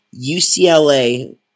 UCLA